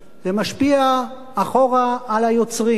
זה משפיע אחורה על היוצרים,